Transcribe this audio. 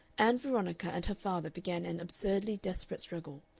ann veronica and her father began an absurdly desperate struggle,